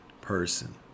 person